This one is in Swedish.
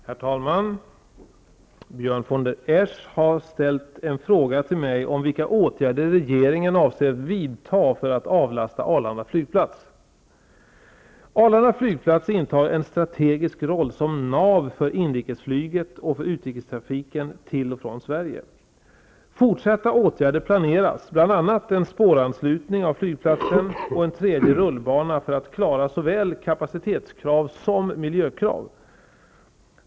Herr talman! Björn von der Esch har ställt en fråga till mig om vilka åtgärder regeringen avser vidta för att avlasta Arlanda flygplats. Arlanda flygplats spelar en strategisk roll som nav för inrikesflyget och för utrikestrafiken till och från Sverige. Fortsatta åtgärder planeras, bl.a. en spåranslutning av flygplatsen och en tredje rullbana för att klara såväl kapacitetskrav som miljökrav.